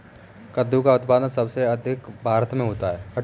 कद्दू का उत्पादन सबसे अधिक कहाँ होता है?